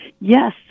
yes